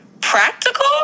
practical